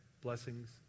blessings